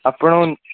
ଆପଣ